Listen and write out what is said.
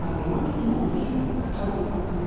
ᱟᱨ ᱱᱚᱣᱟᱜᱮ ᱤᱧᱟᱜ ᱞᱟᱹᱭ ᱨᱮᱱᱟᱜ ᱠᱟᱛᱷᱟᱫᱚ ᱱᱚᱣᱟ ᱠᱟᱱᱟ